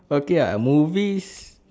okay ah movies